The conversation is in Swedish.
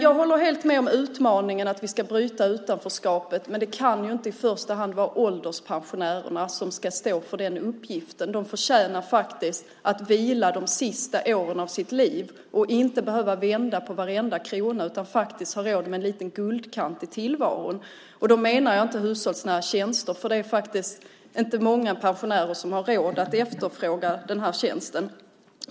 Jag håller helt med om att utmaningen är att bryta utanförskapet, men det kan ju inte i första hand vara ålderspensionärerna som ska stå för den uppgiften. De förtjänar faktiskt att få vila de sista åren av sitt liv. Och de ska inte behöva vända på varenda krona utan ska ha råd med en liten guldkant på tillvaron. Då menar jag inte hushållsnära tjänster, för det är inte många pensionärer som har råd att efterfråga sådana tjänster.